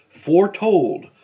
foretold